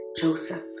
Joseph